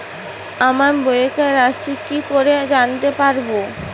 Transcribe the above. আমার বকেয়া রাশি কি করে জানতে পারবো?